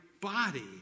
body